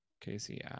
Casey